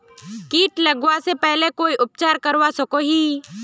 किट लगवा से पहले कोई उपचार करवा सकोहो ही?